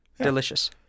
Delicious